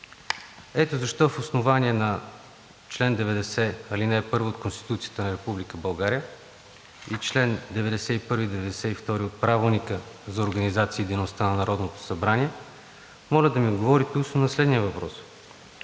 Ето защо на основание чл. 90, ал. 1 от Конституцията на Република България и чл. 91 и 92 от Правилника за организацията и дейността на Народното събрание моля да ми отговорите устно на следния въпрос: